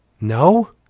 No